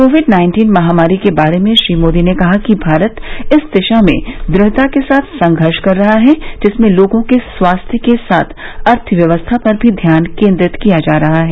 Covid nineteen महामारी के बारे में श्री मोदी ने कहा कि भारत इस दिशा में दृढ़ता के साथ संघर्ष कर रहा है जिसमें लोगों के स्वास्थ्य के साथ अर्थव्यवस्था पर भी ध्यान केंद्रित किया जा रहा है